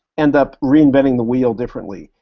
end up reinventing the wheel differently,